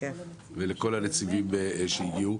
אנחנו מודים לכל הנציגים שהגיעו.